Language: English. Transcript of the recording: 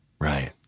Right